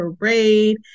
Parade